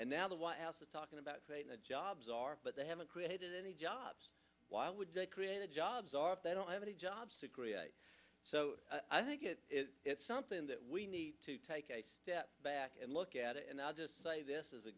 and now the white house is talking about creating a jobs are but they haven't created any jobs why would they create a jobs are if they don't have any jobs so i think it is it's something that we need to take a step back and look at it and i'll just say this is a